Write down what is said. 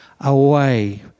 away